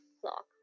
clock